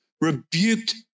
Rebuked